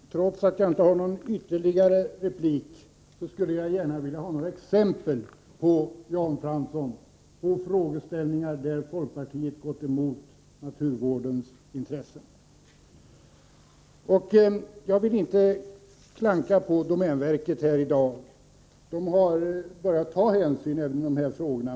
Fru talman! Trots att jag härefter inte har rätt till någon ytterligare replik skulle jag ändå gärna vilja ha några exempel av Jan Fransson på frågor där folkpartiet har gått emot naturvårdens intressen. Jag vill inte klanka på domänverket här i dag. Verket har börjat ta hänsyn även de här frågorna.